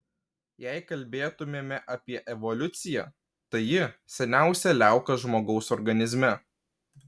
jei kalbėtumėme apie evoliuciją tai ji seniausia liauka žmogaus organizme